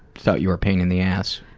thought you were a pain in the ass?